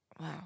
Wow